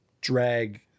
drag